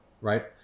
right